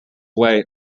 way